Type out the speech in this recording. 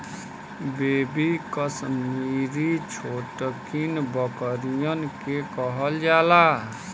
baby Kashmiri छोटकिन बकरियन के कहल जाला